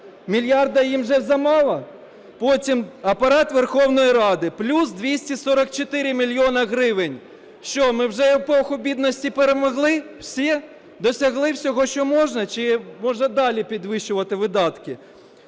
Мільярда їм вже замало? Потім, Апарат Верховної Ради – плюс 244 мільйони гривень. Що ми вже епоху бідності перемогли? Всі досягли всього, що можна, чи можна далі підвищувати видатки?